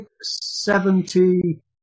seventy